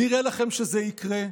נראה לכם שזה יקרה?